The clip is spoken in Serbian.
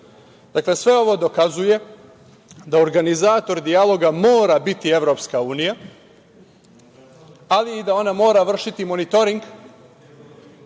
itd. Dakle, sve ovo dokazuje da organizator dijaloga mora biti Evropska unija, ali i da ona mora vršiti monitoring,